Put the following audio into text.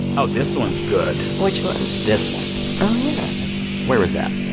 oh, this one's good which one? this one oh, yeah where is that?